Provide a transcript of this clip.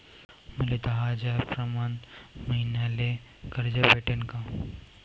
मले दहा हजार प्रमाण मईन्याले कर्ज भेटन का?